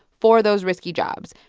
for those risky jobs.